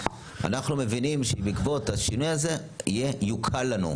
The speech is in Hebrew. אנחנו מבינים שבעקבות השינוי הזה יוקל לנו,